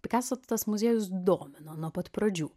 pikaso tas muziejus domino nuo pat pradžių